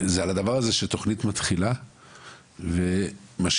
זה על הדבר הזה שתוכנית מתחילה ואחר כך